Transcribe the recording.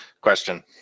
question